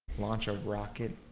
launch a rocket